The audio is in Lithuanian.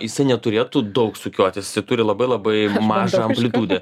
isai neturėtų daug sukiotis isai turi labai labai mažą amplitudę